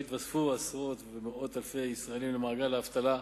יתווספו עשרות ומאות אלפי ישראלים למעגל האבטלה,